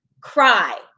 cry